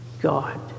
God